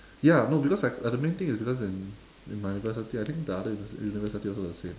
ya no because psyc~ uh the main thing is because in in my university I think the other universi~ university also the same